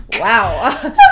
Wow